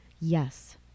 yes